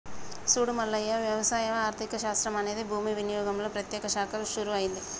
సూడు మల్లయ్య వ్యవసాయ ఆర్థిక శాస్త్రం అనేది భూమి వినియోగంలో ప్రత్యేక శాఖగా షురూ అయింది